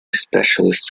specialists